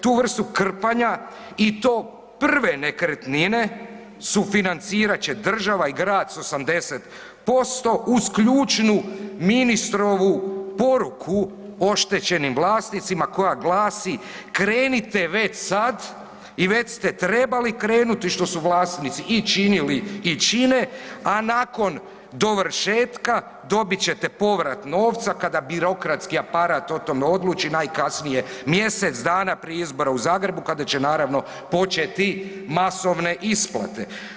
Tu vrstu krpanja i to prve nekretnine sufinancirat će država i grad s 80% uz ključnu ministrovu poruku oštećenim vlasnicima koja glasi, krenite već sad i već ste trebali krenuti što su vlasnici i činili i čine, a nakon dovršetka dobit ćete povrat novca kada birokratski aparat o tome odluči najkasnije mjesec dana prije izbora u Zagrebu kada će naravno početi masovne isplate.